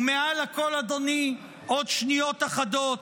ומעל הכול, אדוני, עוד שניות אחדות,